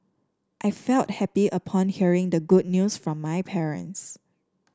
I felt happy upon hearing the good news from my parents